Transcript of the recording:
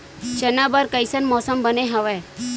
चना बर कइसन मौसम बने हवय?